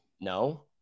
no